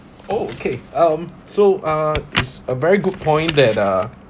oh okay um so uh is a very good point that uh